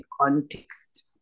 context